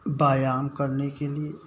व्यायाम करने के लिए